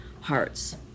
hearts